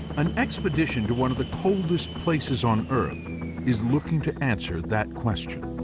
an expedition to one of the coldest places on earth is looking to answer that question.